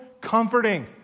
comforting